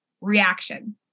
reaction